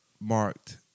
marked